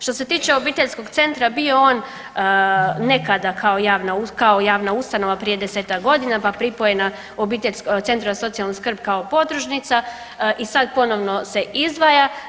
Što se tiče Obiteljskog centra bio on nekada kao javna ustanova prije desetak godina, pa pripojena Centru za socijalnu skrb kao podružnica i sad ponovno se izdvaja.